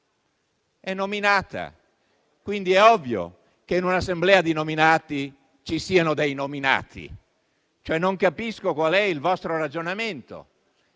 è nominata. Quindi è ovvio che, in un'assemblea di nominati, ci siano dei nominati. Non capisco qual è il vostro ragionamento: